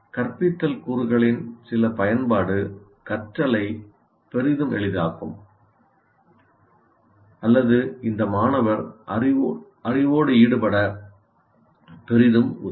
கற்பித்தல் கூறுகளின் சில பயன்பாடு கற்றலை பெரிதும் எளிதாக்கும் அல்லது இந்த மாணவர் அறிவோடு ஈடுபட பெரிதும் உதவும்